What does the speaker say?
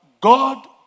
God